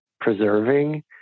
preserving